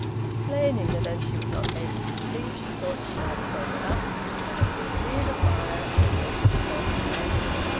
explaining that as she was not able to sleep she thought she might as well get up, she took a seat near the fire and addressed herself to maggie.